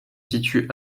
situe